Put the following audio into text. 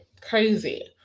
crazy